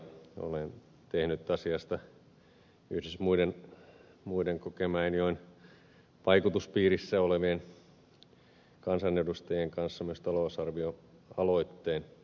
olen tehnyt asiasta yhdessä muiden kokemäenjoen vaikutuspiirissä olevien kansanedustajien kanssa myös talousarvioaloitteen